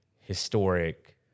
historic